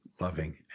Loving